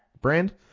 brand